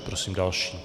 Prosím další.